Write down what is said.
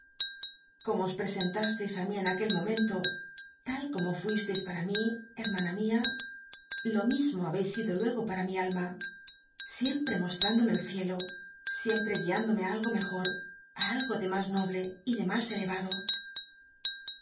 como os prescn tásteis i mí en aqul f momento tal como fuisteis para mi hcrmana mia lo mismo ha beis sido luego para mi alma siempre mostrándome el ciclo sicmprc gui indornc i algo mejor á algo de mas noble y de mas ele